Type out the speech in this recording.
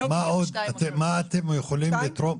מה עוד אתם יכולים לתרום?